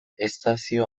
estazio